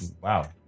Wow